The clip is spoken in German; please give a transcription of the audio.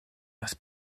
was